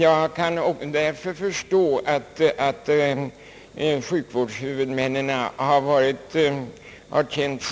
Jag kan därför begripa att sjukvårdshuvudmännen har tvekat